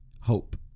hope